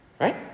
right